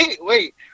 wait